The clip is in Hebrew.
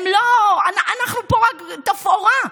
הם לא, אנחנו פה רק תפאורה.